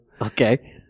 Okay